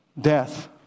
Death